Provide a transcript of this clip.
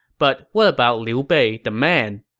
but what about liu bei the man?